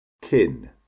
kin